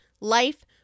life